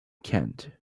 kent